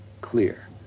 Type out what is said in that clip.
clear